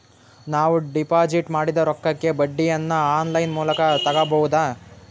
ನಾವು ಡಿಪಾಜಿಟ್ ಮಾಡಿದ ರೊಕ್ಕಕ್ಕೆ ಬಡ್ಡಿಯನ್ನ ಆನ್ ಲೈನ್ ಮೂಲಕ ತಗಬಹುದಾ?